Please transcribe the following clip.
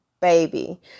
Baby